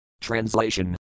Translation